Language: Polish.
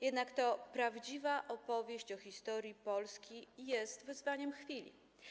Jednak to prawdziwa opowieść o historii Polski jest wyzwaniem chwili.